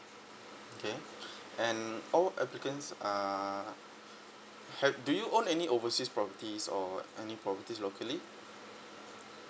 okay and all applicants are have do you own any overseas properties or any properties locally